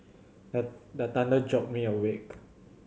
the the thunder jolt me awake